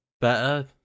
better